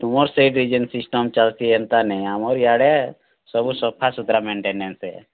ତୁମର୍ ସେ design system ଚାଲ୍ସି ହେନ୍ତା ନାଇ ଆମର୍ ଇଆଡ଼େ ସବୁ ସଫାସୁତ୍ରା ମେଣ୍ଟେନାନ୍ସ୍ ଆଏ